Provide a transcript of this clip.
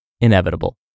inevitable